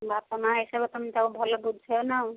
ବାପା ମାଆ ହିସାବରେ ତୁମେ ତାକୁ ଭଲ ବୁଝେଇବ ନା ଆଉ